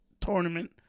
tournament